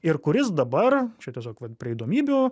ir kuris dabar čia tiesiog vat prie įdomybių